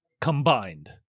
combined